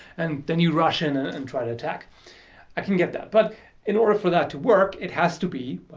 and then you rush in ah and try to attack i can get that, but in order for that to work it has to be,